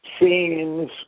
seems